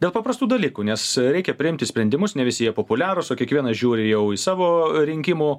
dėl paprastų dalykų nes reikia priimti sprendimus ne visi jie populiarūs o kiekvienas žiūri jau į savo rinkimų